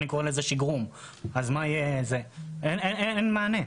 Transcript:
אין מענה.